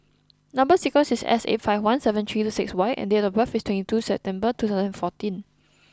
number sequence is S eight five one seven three two six Y and date of birth is twenty two September two thousand and fourteen